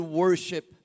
worship